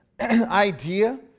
Idea